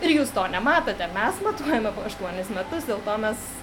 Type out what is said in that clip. ir jūs to nematote mes matuojame aštuonis metus dėl to mes